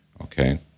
Okay